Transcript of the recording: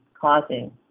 causing